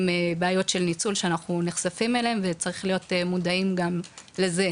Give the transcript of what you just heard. בעיות של ניצול שאנחנו נחשפים אליהן וצריך להיות מודעים גם לזה.